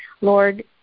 Lord